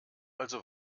also